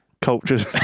cultures